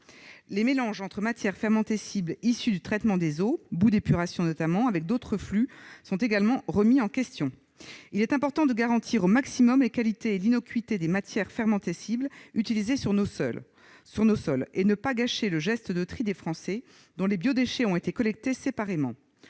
Les mélanges de matières fermentescibles issues du traitement des eaux- boues d'épuration, notamment -avec d'autres flux sont également remis en question. Il est important de garantir au maximum la qualité et l'innocuité des matières fermentescibles utilisées sur nos sols, et de ne pas gâcher le geste de tri des Français dont les biodéchets ont été collectés séparément.